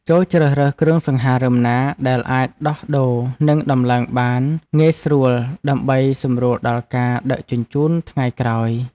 ចូរជ្រើសរើសគ្រឿងសង្ហារិមណាដែលអាចដោះដូរនិងដំឡើងបានងាយស្រួលដើម្បីសម្រួលដល់ការដឹកជញ្ជូនថ្ងៃក្រោយ។